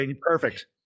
perfect